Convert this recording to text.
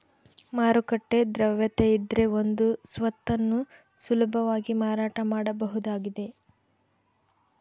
ಮಾರುಕಟ್ಟೆ ದ್ರವ್ಯತೆಯಿದ್ರೆ ಒಂದು ಸ್ವತ್ತನ್ನು ಸುಲಭವಾಗಿ ಮಾರಾಟ ಮಾಡಬಹುದಾಗಿದ